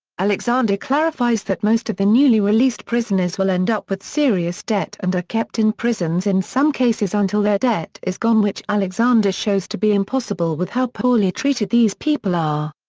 alexander clarifies that most of the newly released prisoners will end up with serious debt and are kept in prisons in some cases until their debt is gone which alexander shows to be impossible with how poorly treated these people are.